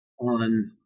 on